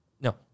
No